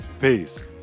Peace